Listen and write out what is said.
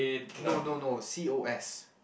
no no no C_O_S